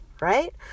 right